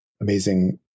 amazing